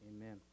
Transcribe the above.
Amen